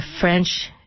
French